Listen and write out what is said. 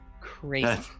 crazy